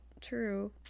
true